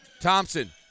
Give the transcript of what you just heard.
Thompson